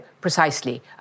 precisely